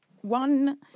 one